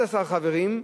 מ-11 חברים,